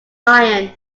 iron